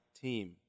team